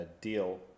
deal